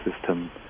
system